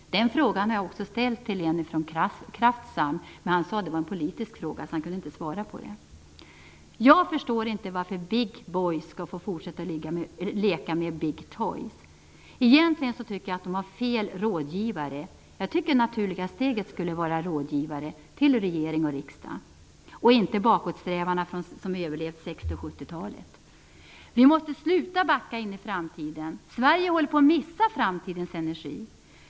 Den frågan har jag också ställt till en person på Kraftsam. Han sade att det är en politisk fråga och att han därför inte kan svara på den. Jag förstår inte varför "big boys" skall få fortsätta att leka med "big toys". Egentligen tycker jag att de har fel rådgivare. Jag tycker att Det naturliga steget skall vara rådgivare till regering och riksdag och inte bakåtsträvarna som överlevt 60 och 70-talet. Vi måste sluta att backa in i framtiden. Sverige håller på att missa framtidens energi.